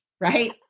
right